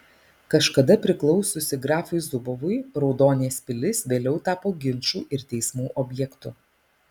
kažkada priklausiusi grafui zubovui raudonės pilis vėliau tapo ginčų ir teismų objektu